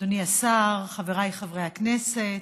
אדוני השר, חבריי חברי הכנסת,